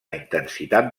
intensitat